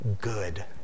good